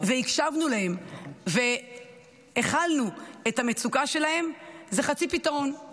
והקשבנו להם והכלנו את המצוקה שלהם זה חצי פתרון,